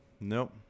Nope